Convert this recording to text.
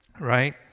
Right